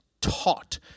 taught